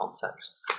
context